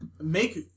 make